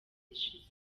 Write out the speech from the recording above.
ishize